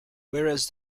whereas